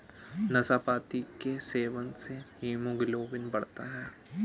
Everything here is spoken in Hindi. नाशपाती के सेवन से हीमोग्लोबिन बढ़ता है